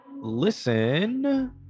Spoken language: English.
listen